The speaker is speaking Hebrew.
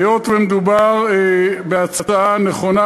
היות שמדובר בהצעה נכונה,